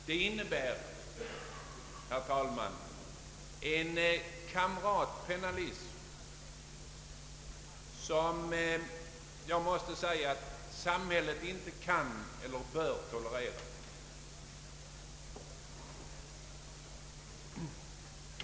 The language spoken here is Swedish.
Det innebär, herr talman, en kamratpennalism, som jag måste säga att samhället varken kan eller bör tolerera.